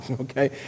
okay